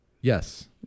Yes